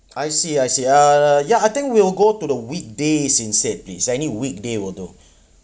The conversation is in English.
I see I see uh yeah I think we'll go to the weekday instead please any weekday will do